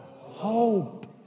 Hope